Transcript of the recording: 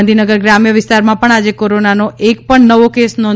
ગાંધીનગર ગ્રામ્ય વિસ્તારમાં પણ આજે કોરોનાનો એક પણ નવો કેસ નોંધાયો નથી